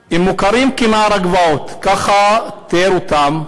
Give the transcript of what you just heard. הם מוכרים כנוער הגבעות, ככה תיאר אותם.